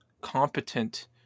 competent